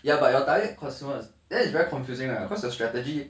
ya but your diet consumers then it's very confusing right cause the strategy